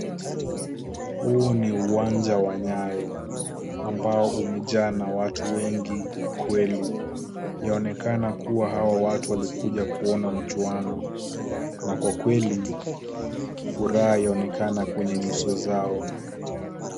Huu ni uwanja wa Nyayo ambao umejaa na watu wengi kweli. Yaonekana kuwa hawa watu walikuja kuona mchuano na kwa kweli furaha yaonekana kwenye nyuso zao.